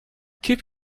keep